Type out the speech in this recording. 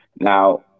Now